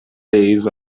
days